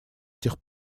этих